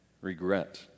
regret